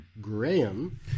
Graham